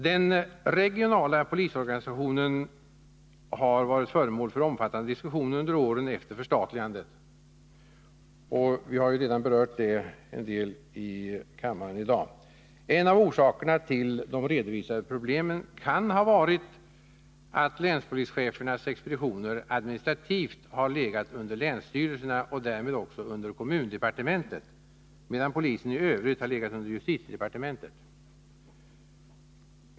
Den regionala polisorganisationen har varit föremål för omfattande diskussioner under åren efter förstatligandet, och vi har redan berört den frågan en hel del i kammaren i dag. En av orsakerna till de redovisade problemen kan ha varit att länspolischefernas expeditioner administrativt har legat under länsstyrelserna och därmed också under kommundepartementet, medan polisen i övrigt har legat under justitiedepartementet.